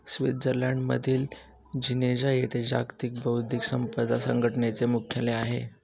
स्वित्झर्लंडमधील जिनेव्हा येथे जागतिक बौद्धिक संपदा संघटनेचे मुख्यालय आहे